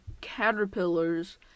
caterpillars